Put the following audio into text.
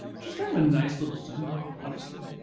which is kind of a nice little send off, honestly.